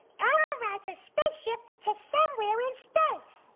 rides a spaceship to somewhere in space.